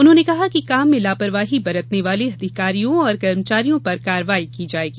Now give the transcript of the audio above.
उन्होंने कहा कि काम में लापरवाही बरतने वाले अधिकारियों और कर्मचारियों पर कार्यवाही की जायेगी